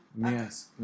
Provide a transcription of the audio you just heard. Yes